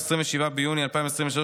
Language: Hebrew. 27 ביוני 2023,